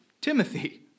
Timothy